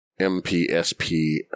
MPSP